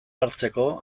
hartzeko